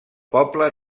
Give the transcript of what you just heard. poble